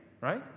right